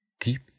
keep